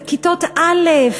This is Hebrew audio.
כיתות א',